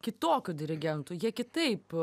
kitokių dirigentų jie kitaip